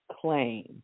claim